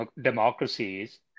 democracies